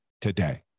today